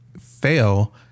fail